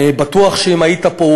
אני בטוח שאם היית פה,